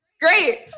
great